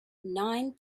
nine